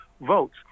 votes